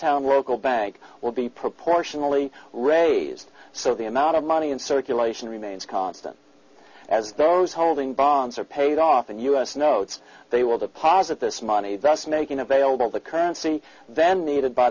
town local bank will be proportionally raised so the amount of money in circulation remains constant as those holding bonds are paid off and us notes they will deposit this money that's making available the currency then needed by